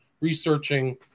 researching